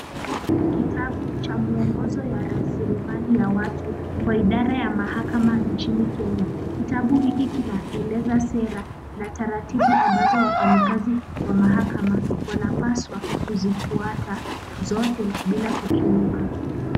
Kitabu chamuongozo na rasilimali ya watu kwa hidara ya mahakama ya Kenya, kitabu hiki kina eleza sera na taratibu ambazo wafanyakazi wa mahakama wanafaa kuzifiata zote bila kukeuka.